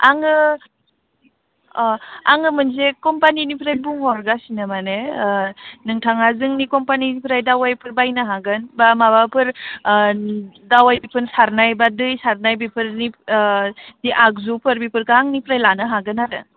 आङो अ आङो मोनसे कम्पानिनिफ्राय बुंहरगासिनो माने नोंथाङा जोंनि कम्पानिनिफ्राय दावायफोर बायनो हागोन बा माबाफोर दावायफोर सारनाय बा दै सारनाय बेफोरनि बे आगजुफोर बिफोरखो आंनिफ्राय लानो हागोन आरो